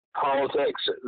politics